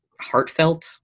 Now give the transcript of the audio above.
heartfelt